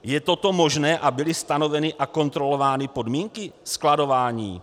Je toto možné a byly stanoveny a kontrolovány podmínky skladování?